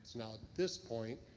now at this point,